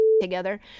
together